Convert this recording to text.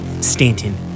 Stanton